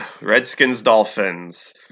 Redskins-Dolphins